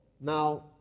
Now